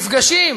נפגשים,